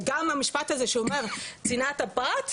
אמות מידה שקובעות תוך כמה זמן ייחשף החומר,